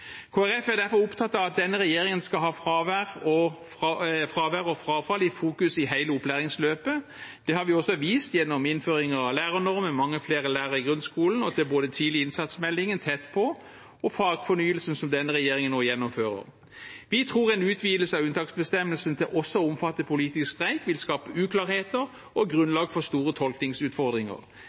er derfor opptatt av at denne regjeringen skal fokusere på fravær og frafall i hele opplæringsløpet. Det har vi også vist gjennom innføringen av lærernormen, med mange flere lærere i grunnskolen, og med både tidlig innsats-meldingen Tett på og fagfornyelsen som denne regjeringen nå gjennomfører. Vi tror en utvidelse av unntaksbestemmelsen til også å omfatte politisk streik vil skape uklarheter og grunnlag for store tolkningsutfordringer.